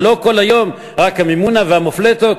אבל לא כל היום רק המימונה והמופלטות.